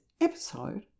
episode